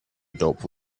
dope